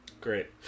Great